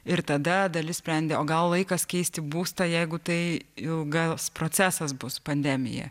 ir tada dalis sprendė o gal laikas keisti būstą jeigu tai ilgas procesas bus pandemija